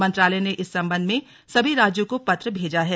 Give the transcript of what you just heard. मंत्रालय ने इस संबंध में सभी राज्यों को पत्र भेजा है